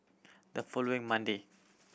the following Monday